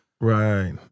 Right